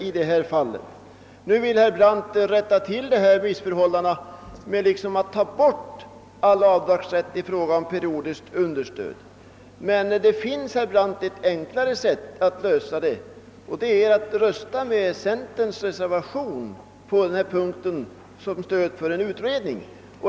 Herr Brandt vill nu rätta till missförhållandena genom att hellre avskaffa all avdragsrätt för periodiskt understöd. Men det finns, herr Brandt, ett enklare sätt att lösa detta problem, nämligen att rösta för centerns reservation med krav på en utredning.